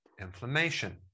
inflammation